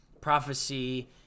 prophecy